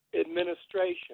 administration